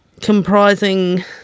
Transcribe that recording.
comprising